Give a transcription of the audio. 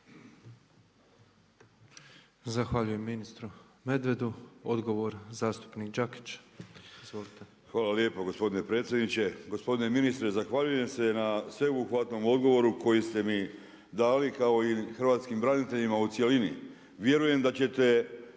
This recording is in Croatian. Zahvaljujem ministru Medvedu. Odgovor zastupnik Đakić. Izvolite. **Đakić, Josip (HDZ)** Hvala lijepo gospodine predsjedniče. Gospodine ministre zahvaljujem se na sveobuhvatnom odgovoru koji ste mi dali kao i hrvatskim braniteljima u cjelini. Vjerujem da ćete